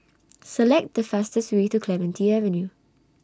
Select The fastest Way to Clementi Avenue